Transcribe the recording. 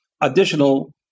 additional